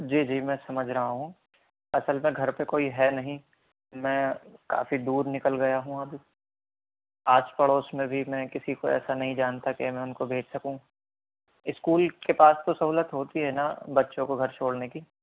جی جی میں سمجھ رہا ہوں اصل میں گھر پہ کوئی ہے نہیں میں کافی دور نکل گیا ہوں اب آس پڑوس میں بھی میں کسی کو ایسا نہیں جانتا کہ میں ان کو بھیج سکوں اسکول کے پاس تو سہولت ہوتی ہے نا بچوں کو گھر چھوڑنے کی